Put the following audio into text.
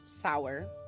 Sour